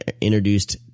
introduced